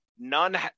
None